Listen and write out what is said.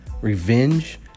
revenge